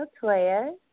Claire